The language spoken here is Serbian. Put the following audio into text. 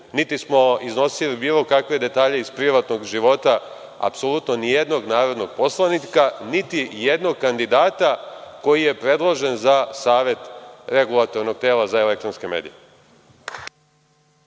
niti smo iznosili bilo kakve detalje iz privatnog života, apsolutno, nijednog narodnog poslanika, niti jednog kandidata koji je predložen za Savet REM. **Maja Gojković**